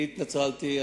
התנצלתי,